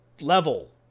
level